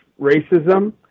racism